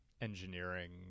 engineering